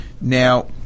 Now